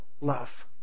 love